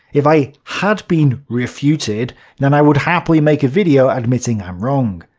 if i had been refuted then i would happily make a video admitting i'm wrong,